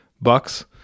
bucks